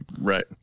Right